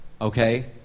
Okay